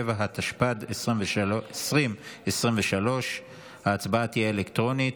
37), התשפ"ד 2023. ההצבעה תהיה אלקטרונית.